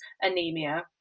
anemia